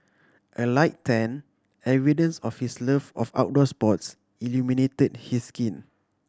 a light tan evidence of his love of outdoor sports illuminated his skin